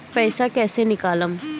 पैसा कैसे निकालम?